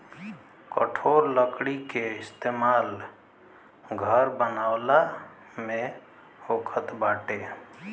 कठोर लकड़ी के इस्तेमाल घर बनावला में होखत बाटे